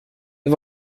det